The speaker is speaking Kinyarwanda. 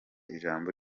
ijambo